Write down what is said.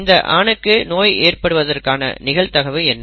இந்த ஆணுக்கு நோய் ஏற்படுவதற்கான நிகழ்தகவு என்ன